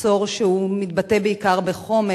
מחסור שמתבטא בעיקר בחומר,